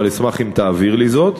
אבל אשמח אם תעביר לי זאת.